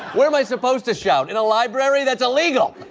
where am i supposed to shout, in a library? that's illegal.